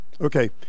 Okay